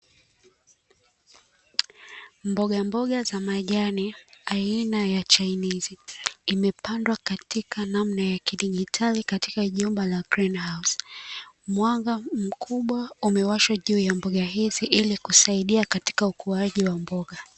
Mbogamboga za majani aina ya chainizi, imepandwa katika namna ya kidigitali katika jumba la "Greenhouse". Mwanga mkubwa umewashwa juu ya mboga hizi ili kusaidia katika ukuaji wa mboga.